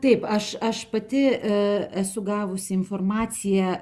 taip aš aš pati esu gavusi informaciją